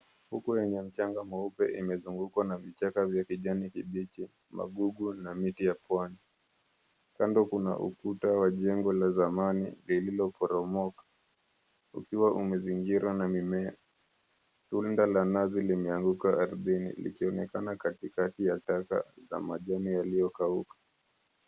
Fukwe yenye mchanga mweupe imezungukwa na vichaka vya vijani vibichi magugu na miti pwani. Kando kuna ukuta wa jengo la zamani lililoporomoka ukiwa umezingirwa na mimea. Tunda la nazi limeanguka ardhini likionekana katikati ya tasa za majani yaliyokauka.